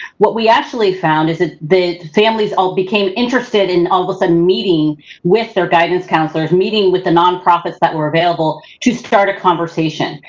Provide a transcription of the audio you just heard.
what we actually found is that the families all became interested in all of a sudden meeting with their guidance counselors, meeting with the nonprofits that were available to start a conversation.